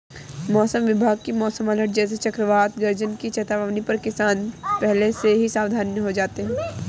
मौसम विभाग की मौसम अलर्ट जैसे चक्रवात गरज की चेतावनी पर किसान पहले से ही सावधान हो जाते हैं